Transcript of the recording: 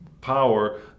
power